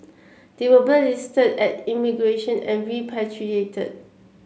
they were blacklisted at immigration and repatriated